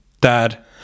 dad